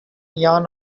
ian